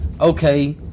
Okay